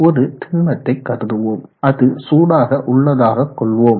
ஒரு திண்மத்தை கருதுவோம் அது சூடாக உள்ளதாக கொள்வோம்